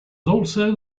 also